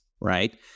right